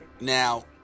Now